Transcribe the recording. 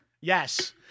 Yes